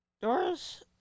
Doris